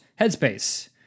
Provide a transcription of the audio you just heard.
Headspace